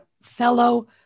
fellow